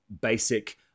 basic